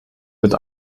mit